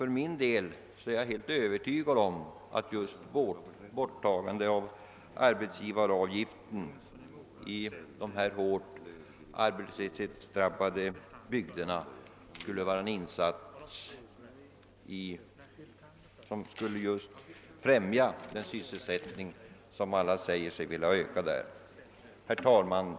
För min del är jag helt övertygad om att ett borttagande av arbetsgivaravgiften i de hårt arbetslöshetsdrabbade bygderna skulle vara en insats som skulle främja den sysselsättning som alla säger sig vilja öka. Herr talman!